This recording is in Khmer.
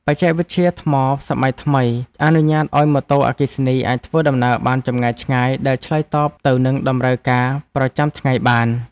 បច្ចេកវិទ្យាថ្មសម័យថ្មីអនុញ្ញាតឱ្យម៉ូតូអគ្គិសនីអាចធ្វើដំណើរបានចម្ងាយឆ្ងាយដែលឆ្លើយតបទៅនឹងតម្រូវការប្រចាំថ្ងៃបាន។